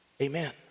Amen